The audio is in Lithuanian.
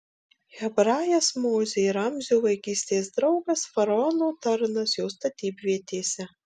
hebrajas mozė ramzio vaikystės draugas faraono tarnas jo statybvietėse